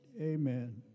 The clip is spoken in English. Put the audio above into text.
amen